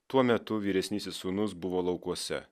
tuo metu vyresnysis sūnus buvo laukuose